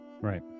right